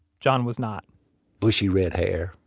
john was not bushy red hair,